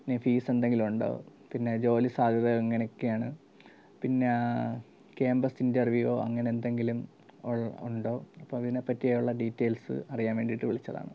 ഇനി ഫീസെന്തെങ്കിലും ഉണ്ടോ പിന്നെ ജോലി സാദ്ധ്യത എങ്ങനെയൊക്കെയാണ് പിന്നെ ക്യാമ്പസ് ഇൻ്റർവ്യൂ ഓ അങ്ങനെ എന്തെങ്കിലും ഒൾ ഉണ്ടോ അപ്പോൾ അതിനെപ്പറ്റിയുള്ള ഡീറ്റെയിൽസ് അറിയാൻ വേണ്ടിയിട്ട് വിളിച്ചതാണ്